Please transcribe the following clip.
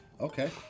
Okay